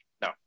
No